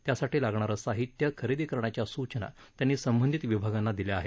त्यासाठी लागणारं साहित्य खरेदी करण्याच्या सूचना त्यांनी संबंधित विभागांना दिल्या आहेत